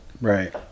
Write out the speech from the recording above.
Right